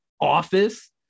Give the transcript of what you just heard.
office